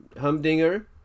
Humdinger